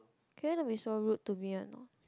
can you don't be so rude to me a not